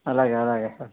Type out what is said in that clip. అలాగే అలాగే సార్